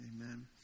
Amen